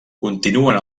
continuen